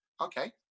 Okay